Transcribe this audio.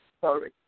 Sorry